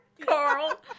Carl